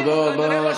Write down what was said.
תודה רבה.